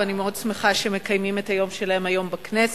ואני מאוד שמחה שמקיימים את היום שלהם היום בכנסת,